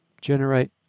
generate